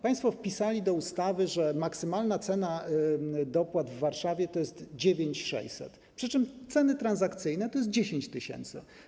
Państwo wpisali do ustawy, że maksymalna cena przy dopłatach w Warszawie to jest 9600, przy czym ceny transakcyjne to 10 tys.